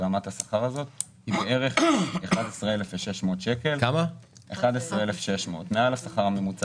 רמת השכר הזאת היא בערך 11,600. מעל השכר הממוצע